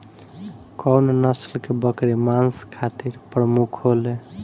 कउन नस्ल के बकरी मांस खातिर प्रमुख होले?